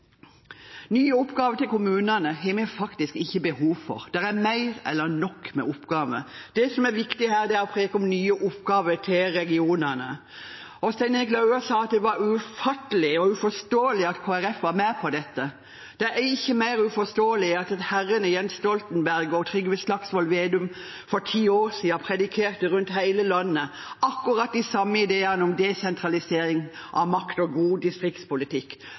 Nye oppgaver til kommunene har vi faktisk ikke behov for. Det er mer enn nok av oppgaver. Det som er viktig, er at det kommer nye oppgaver til regionene. Stein Erik Lauvås sa at det var ufattelig og uforståelig at Kristelig Folkeparti var med på dette. Det er ikke mer uforståelig enn at herrene Jens Stoltenberg og Trygve Slagsvold Vedum for ti år siden predikerte rundt i hele landet akkurat de samme ideene om desentralisering av makt og god distriktspolitikk.